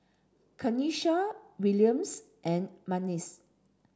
Kenisha Williams and Memphis